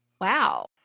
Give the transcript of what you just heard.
Wow